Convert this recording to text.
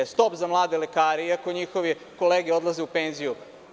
Stop za mlade lekare, iako njihove kolege odlaze u penziju.